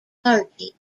party